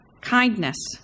kindness